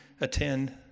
attend